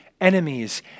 enemies